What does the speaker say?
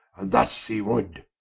thus he would.